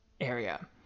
area